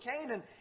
Canaan